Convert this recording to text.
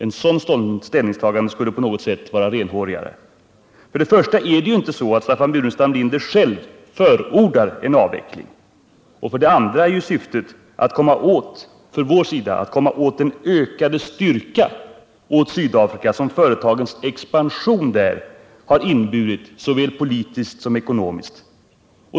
Ett sådant ställningstagande skulle på något sätt vara renhårigare. För det första förordar ju inte Staffan Burenstam Linder själv en sådan avveckling. För det andra är syftet från vår sida att komma åt den ökade styrka för Sydafrika som företagens expansion där innebär såväl politiskt som ekonomiskt.